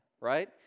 right